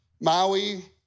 Maui